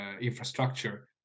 infrastructure